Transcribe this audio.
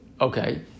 Okay